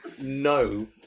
no